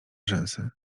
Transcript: rzęsy